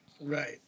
Right